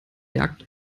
jagd